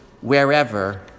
wherever